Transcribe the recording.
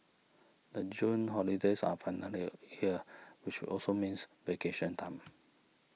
the June holidays are finally here which also means vacation time